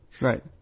Right